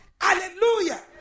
Hallelujah